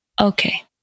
Okay